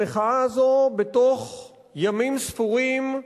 המחאה הזו, בתוך ימים ספורים,